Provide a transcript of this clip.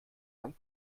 lang